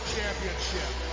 Championship